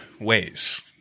ways